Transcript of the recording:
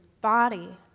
body